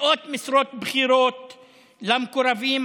מאות משרות בכירות למקורבים,